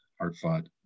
hard-fought